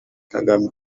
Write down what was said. kagame